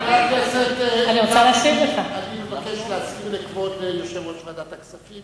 אני מבקש להזכיר ליושב-ראש ועדת הכספים